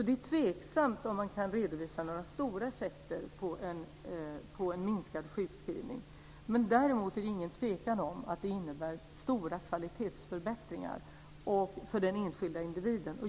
Det är tveksamt om man kan redovisa några stora effekter på en minskad sjukpenning. Däremot är det ingen tvekan om att det innebär stora kvalitetsförbättringar för den enskilde individen.